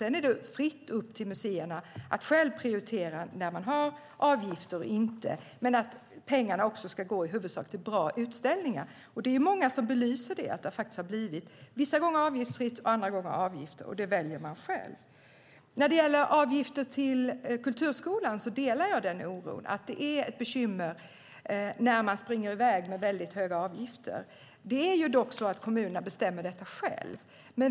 Sedan står det museerna fritt att själva prioritera när man ska ha avgifter och inte, men pengarna ska i huvudsak gå till bra utställningar. Det är många som belyser detta. Vissa gånger har det blivit avgiftsfritt, och andra gånger har man tagit en avgift. Det väljer museerna själva. Jag delar oron när det gäller avgifter till kulturskolan. Det är ett bekymmer när man sätter väldigt höga avgifter. Det är dock kommunerna som bestämmer detta själva.